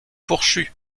fourchue